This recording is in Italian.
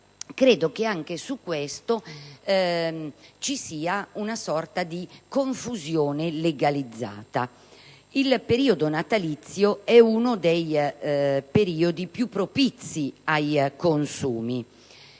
credo che anche su questo ci sia una sorta di confusione legalizzata. Il periodo natalizio è uno dei più propizi ai consumi.